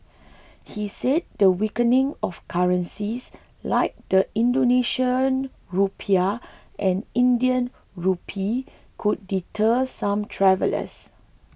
he said the weakening of currencies like the Indonesian Rupiah and Indian Rupee could deter some travellers